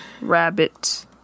Rabbit